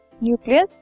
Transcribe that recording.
nucleus